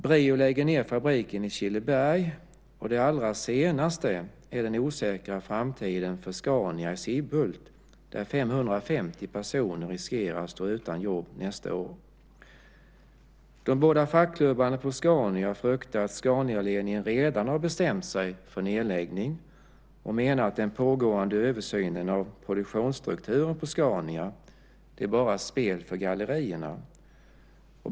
Brio lägger ned fabriken i Killeberg. Det allra senaste är den osäkra framtiden för Scania i Sibbhult, där 550 personer riskerar att stå utan jobb nästa år. De båda fackklubbarna på Scania fruktar att Scanialedningen redan har bestämt sig för nedläggning och menar att den pågående översynen av produktionsstrukturen på Scania bara är spel för gallerierna.